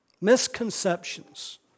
misconceptions